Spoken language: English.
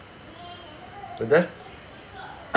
the death